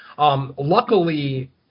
Luckily